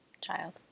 child